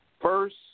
first